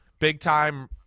big-time